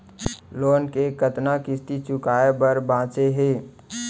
Loan के कतना किस्ती चुकाए बर बांचे हे?